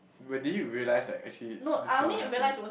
wait did you realise that like actually this cannot happen